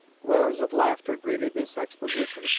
roars of laughter greeted this exposition,